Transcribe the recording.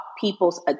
people's